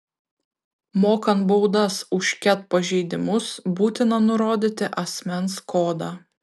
mokant baudas už ket pažeidimus būtina nurodyti asmens kodą